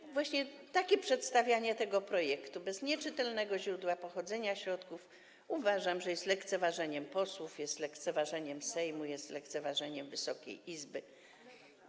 I właśnie takie przedstawianie tego projektu, bez czytelnego źródła pochodzenia środków, jest, uważam, lekceważeniem posłów, jest lekceważeniem Sejmu, jest lekceważeniem Wysokiej Izby.